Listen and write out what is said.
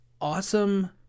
awesome